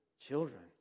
children